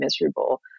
miserable